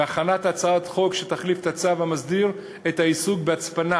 והכנת הצעת חוק שתחליף את הצו המסדיר את העיסוק בהצפנה